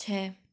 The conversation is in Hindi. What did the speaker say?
छः